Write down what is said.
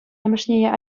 амӑшне